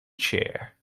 chair